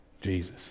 Jesus